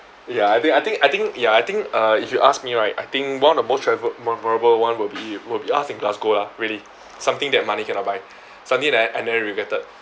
ya I think I think I think ya I think uh if you ask me right I think one of the most travelled more memorable one will be will be us in glasgow lah really something that money cannot buy something that I never regretted